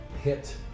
hit